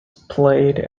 played